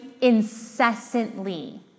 incessantly